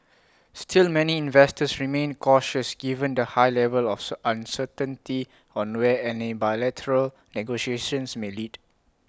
still many investors remained cautious given the high level of so uncertainty on where any bilateral negotiations may lead